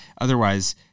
Otherwise